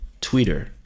Twitter